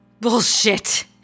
Bullshit